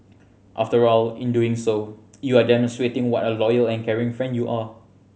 after all in doing so you are demonstrating what a loyal and caring friend you are